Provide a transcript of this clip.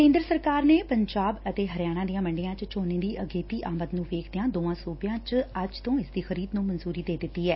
ਕੇਂਦਰ ਸਰਕਾਰ ਨੇ ਪੰਜਾਬ ਅਤੇ ਹਰਿਆਣਾ ਦੀਆਂ ਮੰਡੀਆਂ ਚ ਝੋਨੇ ਦੀ ਅਗੇਤੀ ਆਮਦ ਨੰ ਵੇਖਦਿਆਂ ਦੋਵਾਂ ਸੁਬਿਆਂ ਚ ਇਸ ਦੀ ਤੁਰੰਤ ਖਰੀਦ ਨੁੰ ਮਨਜੁਰੀ ਦੇ ਦਿੱਤੀ ਏ